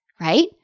right